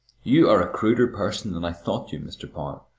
you are a cruder person than i thought you, mr. power.